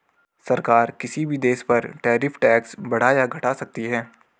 सरकार किसी भी देश पर टैरिफ टैक्स बढ़ा या घटा सकती है